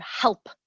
help